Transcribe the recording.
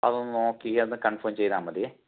അതൊന്നു നോക്കി ഒന്ന് കൺഫേം ചെയ്താൽ മതിയേ